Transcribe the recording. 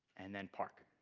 and then park.